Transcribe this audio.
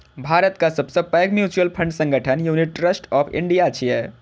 भारतक सबसं पैघ म्यूचुअल फंड संगठन यूनिट ट्रस्ट ऑफ इंडिया छियै